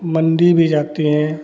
मंडी भी जाती हैं